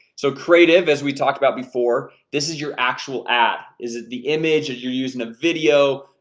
so creative as we talked about before this is your actual app. is it the image that you're using a video?